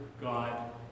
God